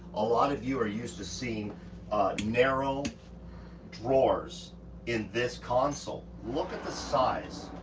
a lot of you are used to seeing narrow drawers in this console. look at the size